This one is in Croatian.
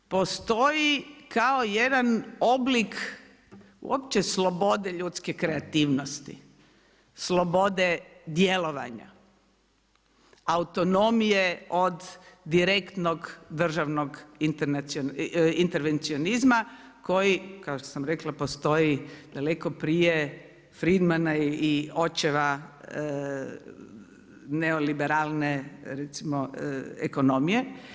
Postoji kao jedan oblik uopće slobode ljudske kreativnost, slobode djelovanja, autonomije od direktnog državnog intervencionizma koji kao što sam rekla postoji daleko prije Fridmana i očeva neoliberalne recimo ekonomije.